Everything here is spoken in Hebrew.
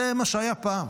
זה מה שהיה פעם.